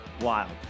wild